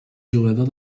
jugador